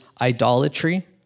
idolatry